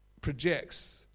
projects